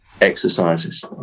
exercises